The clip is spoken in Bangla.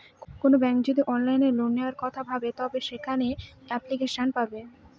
কোনো ব্যাঙ্ক যদি অনলাইনে লোন নেওয়ার কথা ভাবে তবে সেখানে এপ্লিকেশন পাবে